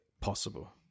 possible